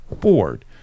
board